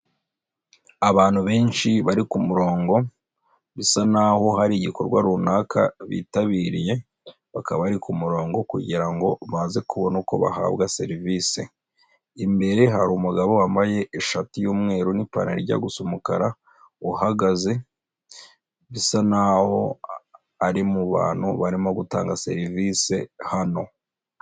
Abantu benshi bari ku murongo. Bisa naho hari igikorwa runaka bitabiriye. Bakaba bari ku murongo kugira ngo baze kubona uko bahabwa serivisi. Imbere hari umugabo wambaye ishati y'umweru n'ipantaro ijya gusa umukara. Uhagaze bisa naho ari mu bantu barimo gutanga serivisi hano.